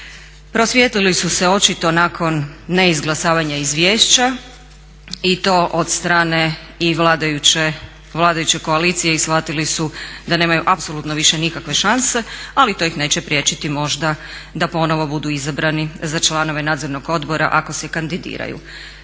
Prosvijetlili su se očito nakon neizglasavanja izvješća i to od strane i vladajuće koalicije i shvatili su da nemaju apsolutno više nikakve šanse, ali to ih neće priječiti možda da ponovo budu izabrani za članove Nadzornog odbora ako se kandidiraju.